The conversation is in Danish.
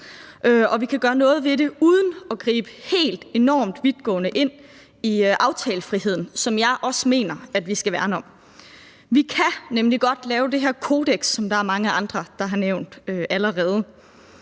og vi kan gøre noget ved det uden at gribe helt enormt vidtgående ind i aftalefriheden, som jeg også mener vi skal værne om. Vi kan nemlig godt lave det her kodeks, som der er mange andre der har nævnt allerede.